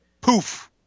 poof